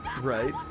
Right